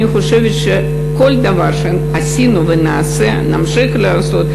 אני חושבת שכל דבר שעשינו ונעשה ונמשיך לעשות,